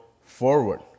forward